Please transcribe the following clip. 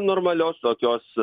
normalios tokios